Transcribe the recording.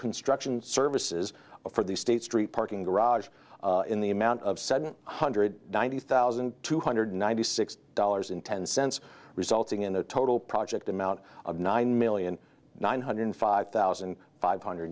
construction services for the state street parking garage in the amount of seven hundred ninety thousand two hundred ninety six dollars and ten cents resulting in the total project amount of nine million nine hundred five thousand five hundred